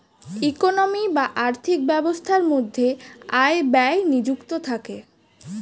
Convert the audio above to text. economy বা আর্থিক ব্যবস্থার মধ্যে আয় ব্যয় নিযুক্ত থাকে